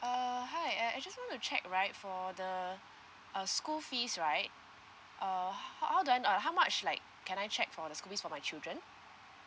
uh hi uh I just want to check right for the uh school fees right uh how do I know uh how much like can I check for the school fees for my children